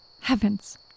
Heavens